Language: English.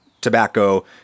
tobacco